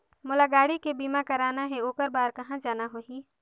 मोला गाड़ी के बीमा कराना हे ओकर बार कहा जाना होही?